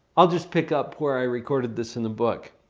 i'll just pick up where i recorded this in the book.